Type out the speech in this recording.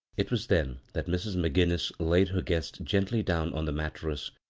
it was then that mrs. mcginnis laid her guest gently down on the mattress,